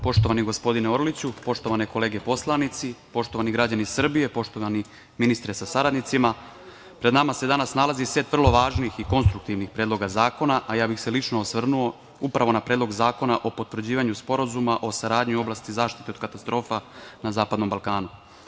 Poštovani gospodine Orliću, poštovane kolege poslanici, poštovani građani Srbije, poštovani ministre sa saradnicima, pred nama se danas nalazi set vrlo važnih i konstruktivnih predloga zakona, a ja bih se lično osvrnuo upravo na Predlog zakona o potvrđivanju sporazuma o saradnji u oblasti zaštite od katastrofa na Zapadnom Balkanu.